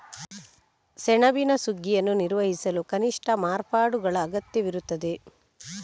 ಸೆಣಬಿನ ಸುಗ್ಗಿಯನ್ನು ನಿರ್ವಹಿಸಲು ಕನಿಷ್ಠ ಮಾರ್ಪಾಡುಗಳ ಅಗತ್ಯವಿರುತ್ತದೆ